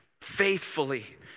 faithfully